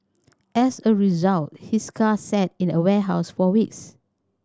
as a result his car sat in a warehouse for weeks